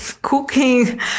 cooking